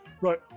right